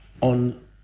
on